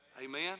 Amen